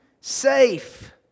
safe